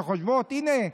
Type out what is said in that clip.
שחושבות: הינה,